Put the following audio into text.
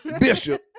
Bishop